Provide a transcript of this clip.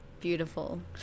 Beautiful